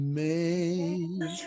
made